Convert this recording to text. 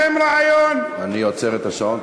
אני עוצר את השעון.